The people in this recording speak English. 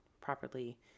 properly